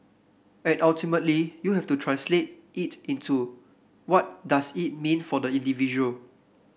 and ultimately you have to translate it into what does it mean for the individual